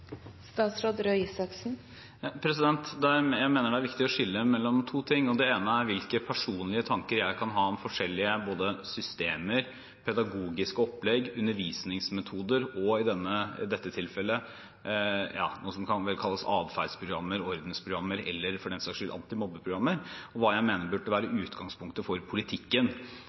Jeg mener det er viktig å skille mellom to ting. Det ene er hvilke personlige tanker jeg kan ha om både systemer, pedagogiske opplegg, undervisningsmetoder og – i dette tilfellet – noe som kan kalles adferdsprogrammer, ordensprogrammer eller for den saks skyld antimobbeprogrammer, og hva jeg mener om burde være